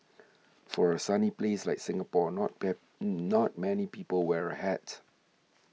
for a sunny place like Singapore not not many people wear a hat